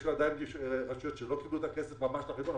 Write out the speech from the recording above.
יש עדיין רשויות שלא קיבלו את הכסף ממש לחשבון,